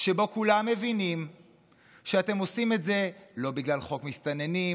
שבו כולם מבינים שאתם עושים את זה לא בגלל חוק מסתננים,